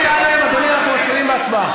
חבר הכנסת אמסלם, אדוני, אנחנו מתחילים בהצבעה.